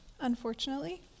unfortunately